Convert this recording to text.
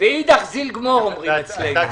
ואידך זיל גמור אומרים אצלנו.